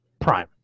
prime